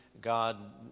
God